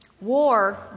War